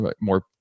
more